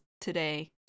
today